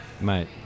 Mate